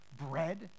bread